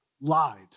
lied